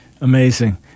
Amazing